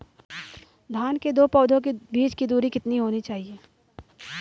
धान के दो पौधों के बीच की दूरी कितनी होनी चाहिए?